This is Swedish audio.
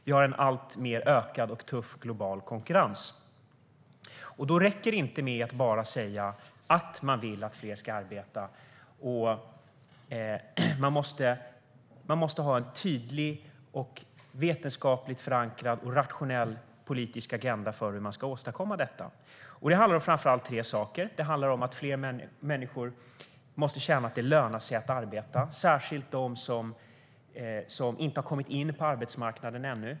Vi har en alltmer ökad och tuff global konkurrens. Då räcker det inte med att bara säga att man vill att fler ska arbeta. Man måste ha en tydlig, vetenskapligt förankrad och rationell politisk agenda för hur man ska åstadkomma detta. Det handlar om framför allt tre saker. Det handlar om att fler människor måste känna att det lönar sig att arbeta, särskilt de som inte ännu har kommit in på arbetsmarknaden.